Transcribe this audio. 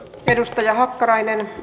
edustaja hakkarainen